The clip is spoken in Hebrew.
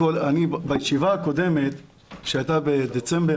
בישיבה הקודמת שהייתה ב-31 בדצמבר